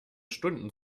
stunden